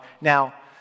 Now